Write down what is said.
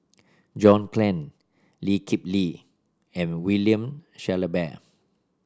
John Clang Lee Kip Lee and William Shellabear